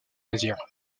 mézières